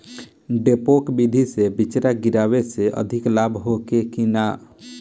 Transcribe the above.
डेपोक विधि से बिचड़ा गिरावे से अधिक लाभ होखे की न?